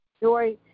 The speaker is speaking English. joy